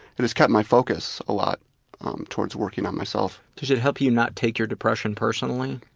it has kept my focus a lot towards working on myself. does it help you not take your depression personally?